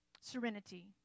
serenity